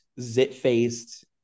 zit-faced